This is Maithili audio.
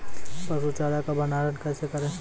पसु चारा का भंडारण कैसे करें?